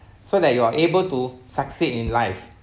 so that you are able to succeed in life